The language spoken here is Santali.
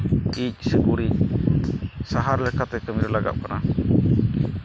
ᱤᱡ ᱜᱩᱨᱤᱡ ᱥᱟᱨ ᱞᱮᱠᱟᱛᱮ ᱠᱟᱹᱢᱤᱨᱮ ᱞᱟᱜᱟᱜ ᱠᱟᱱᱟ